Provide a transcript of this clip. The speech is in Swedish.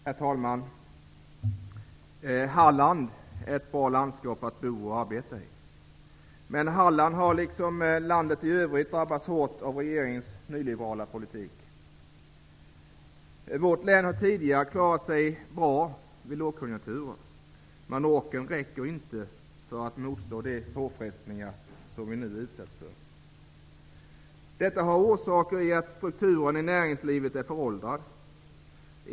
Herr talman! Halland är ett bra landskap att bo och arbeta i. Men Halland, liksom landet i övrigt, har drabbats hårt av regeringens nyliberala politik. Vårt län har tidigare klarat sig bra vid lågkonjunkturer, men orken räcker inte för att vi skall kunna motstå de påfrestningar som vi nu utsätts för. Detta har orsaker i att strukturen i näringslivet är föråldrad.